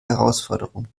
herausforderung